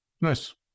Nice